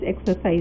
exercise